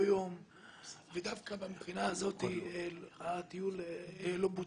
יום ודווקא במכינה הזו הטיול לא בוטל.